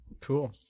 Cool